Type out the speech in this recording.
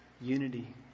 unity